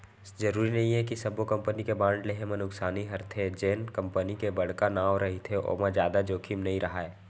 जरूरी नइये कि सब्बो कंपनी के बांड लेहे म नुकसानी हरेथे, जेन कंपनी के बड़का नांव रहिथे ओमा जादा जोखिम नइ राहय